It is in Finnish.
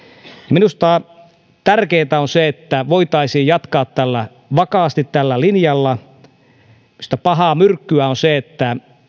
minusta tärkeintä on se että voitaisiin jatkaa vakaasti tällä linjalla minusta pahaa myrkkyä on se että